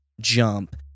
jump